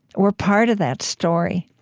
we're part of that story